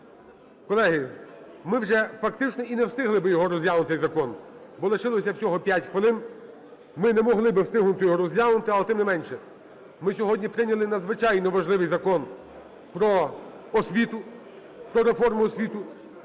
Колеги, ми вже фактично і не встигли б розглянути цей закон, бо лишилося всього 5 хвилин, ми не могли б встигнути його розглянути. Але, тим не менше, ми сьогодні прийняли надзвичайно важливий закон про освіту, про реформу освіти,